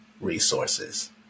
resources